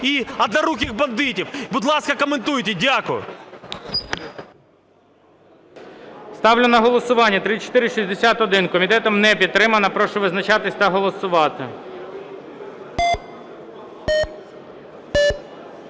і "одноруких бандитів". Будь ласка, коментуйте. Дякую. ГОЛОВУЮЧИЙ. Ставлю на голосування 3461. Комітетом не підтримана. Прошу визначатись та голосувати.